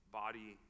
body